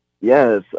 Yes